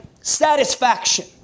satisfaction